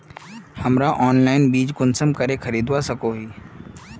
हमरा ऑनलाइन बीज कुंसम करे खरीदवा सको ही?